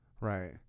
Right